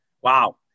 wow